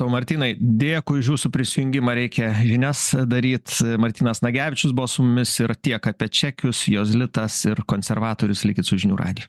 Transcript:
martynai dėkui už jūsų prisijungimą reikia žinias daryt martynas nagevičius buvo su mumis ir tiek apie čekius jozlitas ir konservatorius likit su žinių radiju